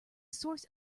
source